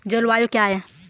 जलवायु क्या है?